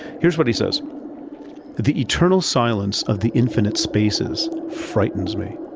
here's what he says the eternal silence of the infinite spaces frightens me.